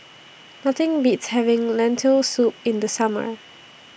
Nothing Beats having Lentil Soup in The Summer